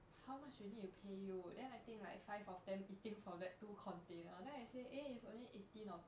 how much we need to pay you then I think like five of them eating from that two container then I say eh it's only eighteen or